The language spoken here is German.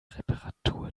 reparatur